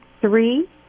three